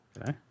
okay